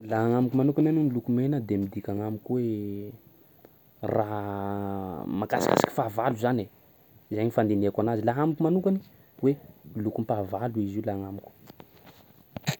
Laha agnamiko manokany aloha ny loko mena de midika agnamiko hoe raha mahakasikasiky fahavalo zany e, zay ny fandinihako anazy. Laha amiko manokany hoe lokom-pahavalo izy io laha agnamiko.